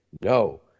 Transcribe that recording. No